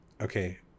Okay